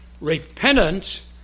repentance